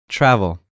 Travel